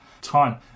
Time